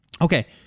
Okay